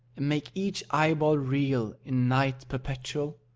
and make each eyeball reel in night perpetual?